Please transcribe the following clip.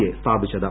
A സ്ഥാപിച്ചത്